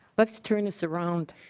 let's turn this around.